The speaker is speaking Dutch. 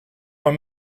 maar